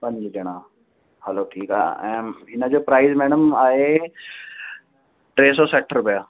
पंज ॼणा हलो ठीकु आहे ऐं हिन जो प्राइज़ मैडम आहे टे सौ सठि रुपिया